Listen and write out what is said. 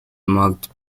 marked